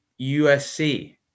USC